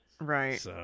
Right